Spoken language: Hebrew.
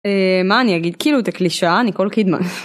מה אני אגיד כאילו את הקלישאה ניקול קידמן.